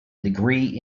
degree